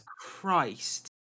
Christ